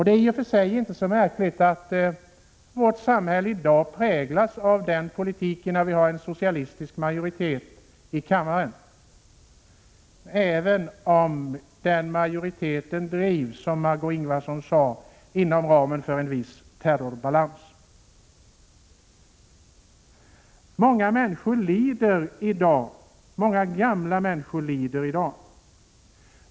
Det är i och för sig inte så märkligt att vårt samhälle i dag präglas av den politiken, när vi har en socialistisk majoritet i kammaren, även om den majoriteten — som Margö Ingvardsson sade — drivs inom ramen för en viss terrorbalans. Många gamla människor lider i dag.